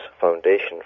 Foundation